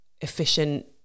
efficient